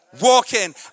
walking